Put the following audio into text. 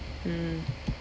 mm